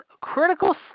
critical